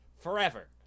forever